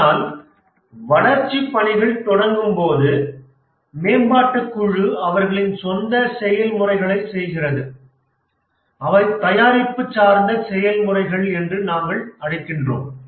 ஆனால் வளர்ச்சி பணிகள் தொடங்கும்போது மேம்பாட்டுக் குழு அவர்களின் சொந்த செயல்முறைகளைச் செய்கிறது அவை தயாரிப்பு சார்ந்த செயல்முறைகள் என்று நாங்கள் அழைக்கிறோம்